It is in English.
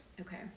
Okay